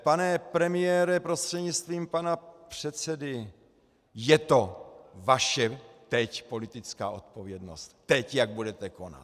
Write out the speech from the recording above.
Pane premiére, prostřednictvím pana předsedy, je to vaše teď politická odpovědnost, teď jak budete konat.